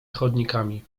chodnikami